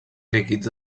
líquids